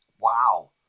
wow